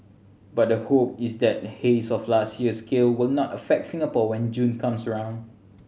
but the hope is that haze of last year's scale will not affect Singapore when June comes around